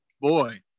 boy